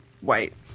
white